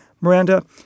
Miranda